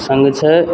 सङ्ग छै